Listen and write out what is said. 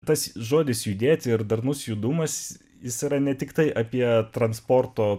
tas žodis judėti ir darnus judumas jis yra ne tiktai apie transporto